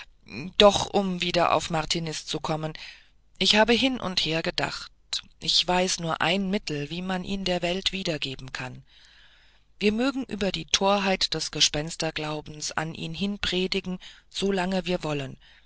doch um wieder auf martiniz zu kommen ich habe hin und hergedacht ich weiß nur ein mittel wie man ihn der welt wiedergeben kann wir mögen über die torheit des gespensterglaubens an ihn hin predigen so lange wir wollen